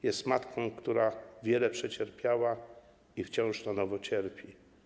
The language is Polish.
Jest matką, która wiele przecierpiała i wciąż na nowo cierpi.